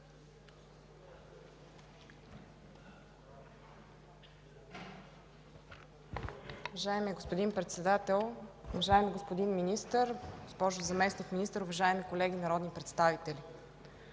Уважаеми господин Председател, уважаеми господин Министър, госпожо Заместник министър, уважаеми колеги народни представители!